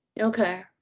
Okay